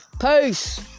Peace